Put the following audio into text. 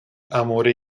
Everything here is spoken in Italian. amore